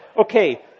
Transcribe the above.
Okay